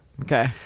Okay